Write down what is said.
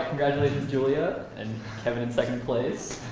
congratulations, julia, and kevin in second place.